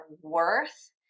worth